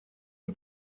che